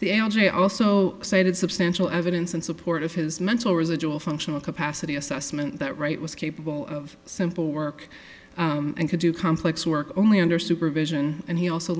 the andre also cited substantial evidence in support of his mental residual functional capacity assessment that wright was capable of simple work and could do complex work only under supervision and he also